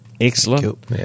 Excellent